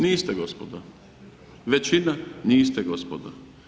Niste gospodo, većina niste gospodo.